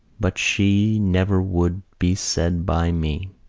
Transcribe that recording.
but she never would be said by me.